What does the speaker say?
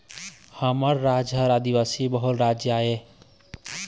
हमर राज ह आदिवासी बहुल राज आय